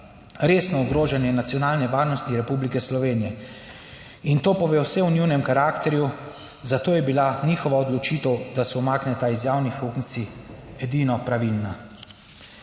resno ogrožanje nacionalne varnosti Republike Slovenije in to pove vse o njunem karakterju, zato je bila njihova odločitev, da se umakneta iz javnih funkcij, edino pravilna.